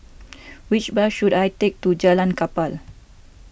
which bus should I take to Jalan Kapal